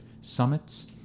Summits